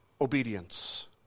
Obedience